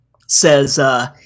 says